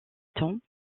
temps